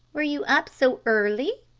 were you up so early?